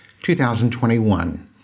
2021